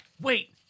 Wait